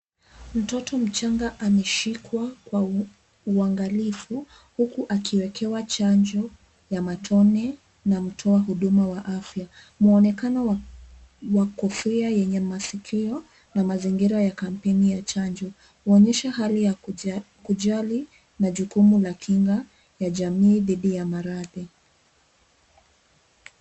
Mtoto mchanga ameshikwa kwa uangalifu, huku akiwekewa chanjo ya matone na mtoa huduma wa afya. Muonekano wa kofia yenye masikio na mazingira ya kampeni ya chanjo huonyesha hali ya kujali majukumu na kinga na jamii dhidi ya maradhi.